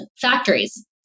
factories